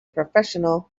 professional